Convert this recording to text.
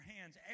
hands